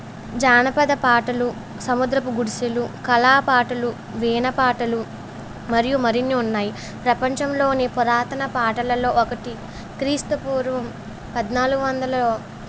జానపద పాటలు సముద్రపు గుడిసెలు కళా పాటలు వీణ పాటలు మరియు మరిన్ని ఉన్నాయి ప్రపంచంలోనే పురాతన పాటలలో ఒకటి క్రీస్తుపూర్వం పద్నాలుగు వందలు